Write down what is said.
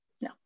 No